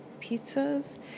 pizzas